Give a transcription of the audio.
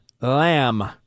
Lamb